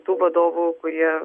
tų vadovų kurie